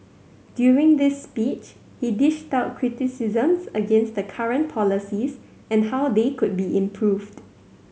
during this speech he dished out criticisms against the current policies and how they could be improved